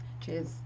Cheers